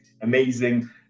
amazing